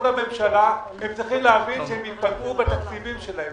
הממשלה הם צריכים להבין שהם ייפגעו בתקציבים שלהם.